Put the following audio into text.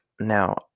Now